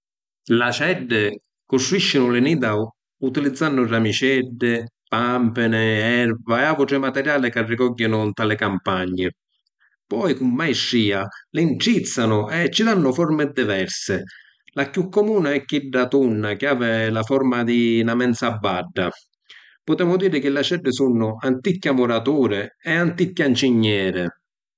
L’aceddi custruiscinu li nida utilizzannu ramiceddi, pampini, erba e autri materiali chi arricogghinu nta li campagni. Poi cu maistria li ‘ntrizzanu e ci dannu formi diversi, la chiù comuni è chidda tunna chi avi la forma di na menza badda. Putemu diri chi l’aceddi sunnu ‘anticchia muraturi e ‘anticchia incigneri.